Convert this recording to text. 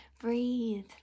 Breathe